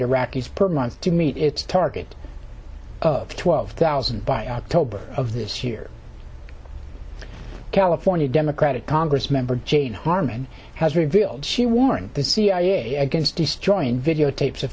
iraqis per month to meet its target of twelve thousand by october of this year california democratic congress member jane harman has revealed she warned the cia against disjoin videotapes of